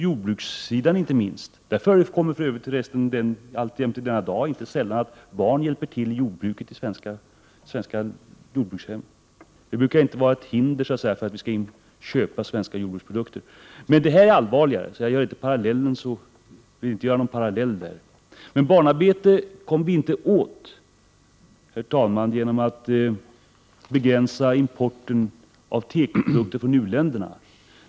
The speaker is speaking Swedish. Ännu i denna dag förekommer det inte sällan att barn hjälper till med arbetet även i svenska jordbrukarhem. Det brukar inte utgöra något hinder för oss att köpa svenska jordbruksprodukter. Men det här är allvarligare, och jag vill inte dra någon parallell med svenska förhållanden. Vi kommer emellertid inte åt barnarbetet genom att begränsa importen av tekoprodukter från u-länderna.